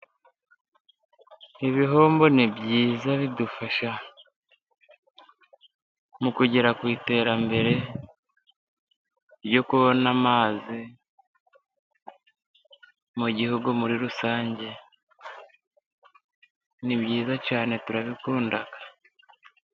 Ibihombo ni byiza bidufasha mukugera ku iterambere ryo kubona amazi mu gihugu. Muri rusange ni byiza cyane, turabikunda.